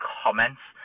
comments